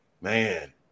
man